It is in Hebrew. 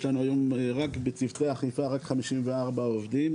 יש לנו היום רק בצוותי אכיפה רק 54 עובדים,